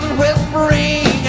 whispering